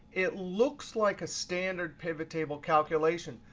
it looks like a standard pivot table calculation.